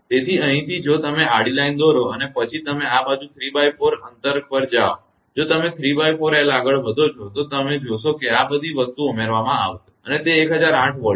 તેથી અહીંથી જો તમે આડી લાઇન દોરો અને પછી તમે આ બાજુ ¾ અંતર પર જાઓ જો તમે ¾𝑙 આગળ વધો છો તો તમે જોશો કે આ બધી વસ્તુઓ ઉમેરવામાં આવશે અને તે 1008 Volt હશે